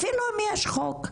אפילו אם יש חוק.